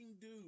dude